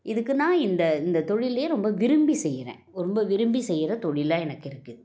இதுக்கு நான் இந்த இந்த தொழில்லேயே ரொம்ப விரும்பி செய்கிறேன் ரொம்ப விரும்பி செய்கிற தொழிலாக எனக்கு இருக்குது